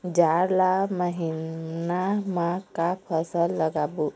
जाड़ ला महीना म का फसल लगाबो?